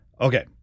Okay